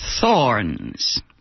thorns